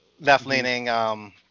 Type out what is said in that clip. left-leaning